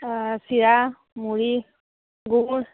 চিৰা মুড়ি গুড়